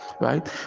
right